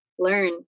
Learn